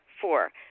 Four